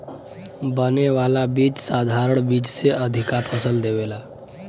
बने वाला बीज साधारण बीज से अधिका फसल देवेला